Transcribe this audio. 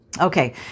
Okay